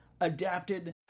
adapted